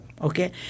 okay